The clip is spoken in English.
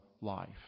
life